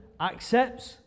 accepts